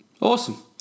awesome